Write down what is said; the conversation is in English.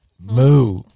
Moo